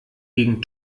gegen